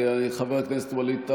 חבר הכנסת ווליד טאהא,